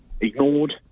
ignored